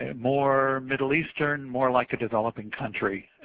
ah more middle eastern, more like a developing country.